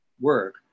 work